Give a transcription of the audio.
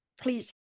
please